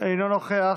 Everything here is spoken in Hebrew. אינו נוכח,